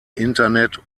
internet